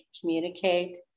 communicate